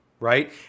Right